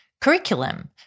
curriculum